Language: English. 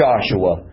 Joshua